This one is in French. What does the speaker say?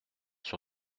sur